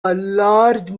large